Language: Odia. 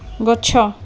ଗଛ